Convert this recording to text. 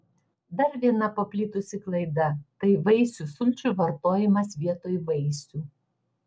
dar viena paplitusi klaida tai vaisių sulčių vartojimas vietoj vaisių